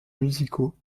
musicaux